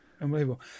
Unbelievable